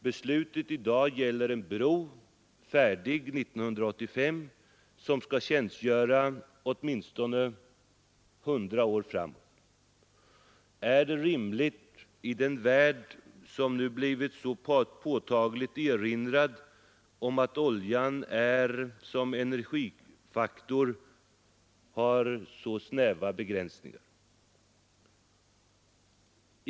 Beslutet i dag gäller en bro, färdig 1985, som skall tjänstgöra åtminstone hundra år framåt. Är detta rimligt i en värld som nu blivit så påtagligt erinrad om att oljan som energifaktor har snäva begränsningar?